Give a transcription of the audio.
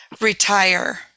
retire